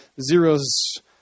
zeros